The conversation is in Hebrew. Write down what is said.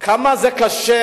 כמה זה קשה,